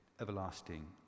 everlasting